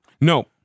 no